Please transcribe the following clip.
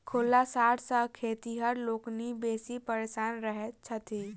खुल्ला साँढ़ सॅ खेतिहर लोकनि बेसी परेशान रहैत छथि